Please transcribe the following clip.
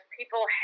people